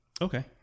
Okay